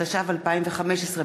התשע"ו 2015,